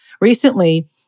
recently